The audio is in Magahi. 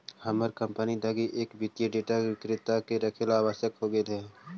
हमर कंपनी लगी एक वित्तीय डेटा विक्रेता के रखेला आवश्यक हो गेले हइ